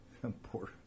Poor